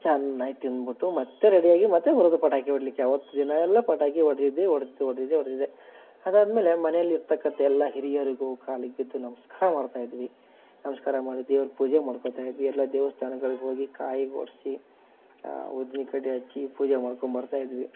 ಚೆನ್ನಾಗಿ ತಿನ್ಬಿಟ್ಟು ಮತ್ತೆ ರೆಡಿ ಆಗಿ ಮತ್ತೆ ಬರೋದು ಪಟಾಕಿ ಹೊಡ್ಲಿಕ್ಕೆ ಆವತ್ತು ದಿನವೆಲ್ಲ ಪಟಾಕಿ ಹೊಡ್ದಿದ್ದೇ ಹೊಡ್ದಿದ್ದು ಹೊಡ್ಡಿದ್ದೇ ಹೊಡ್ಡಿದ್ದೇ ಅದಾದ ಮೇಲೆ ಮನೇಲಿ ಇರತಕ್ಕಂಥ ಎಲ್ಲ ಹಿರಿಯರಿಗೂ ಕಾಲಿಗೆ ಬಿದ್ದು ನಮಸ್ಕಾರ ಮಾಡ್ತಾ ಇದ್ವಿ ನಮಸ್ಕಾರ ಮಾಡಿ ದೇವ್ರ ಪೂಜೆ ಮಾಡ್ಕೋತಾ ಇದ್ವಿ ಎಲ್ಲ ದೇವಸ್ಥಾನಗಳಿಗೆ ಹೋಗಿ ಕಾಯಿ ಒಡೆಸಿ ಊದನಿ ಕಡ್ಡಿ ಹಚ್ಚಿ ಪೂಜೆ ಮಾಡ್ಕೋ ಬರ್ತಾ ಇದ್ವಿ